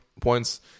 points